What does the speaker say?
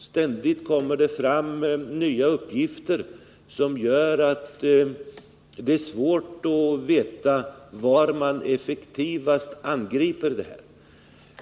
Ständigt kommer det fram nya uppgifter som gör att det är svårt att veta var man effektivast angriper problemet.